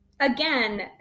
Again